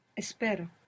espero